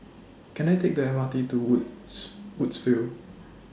Can I Take The M R T to Wood's Woodsville